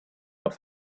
auf